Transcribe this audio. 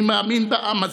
אני מאמין בעם הזה.